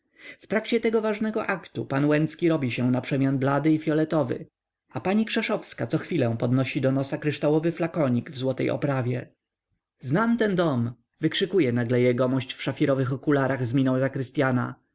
w trakcie tego ważnego aktu pan łęcki robi się naprzemian blady i fioletowy a pani krzeszowska cochwilę podnosi do nosa kryształowy flakonik w złotej oprawie znam ten dom wykrzykuje nagle jegomość w szafirowych okularach z miną zakrystyana